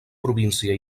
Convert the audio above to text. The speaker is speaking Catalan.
província